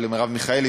ולמרב מיכאלי.